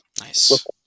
Nice